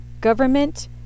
government